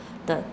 the